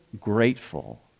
grateful